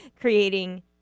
creating